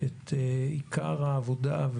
את עיקר העבודה.